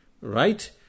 Right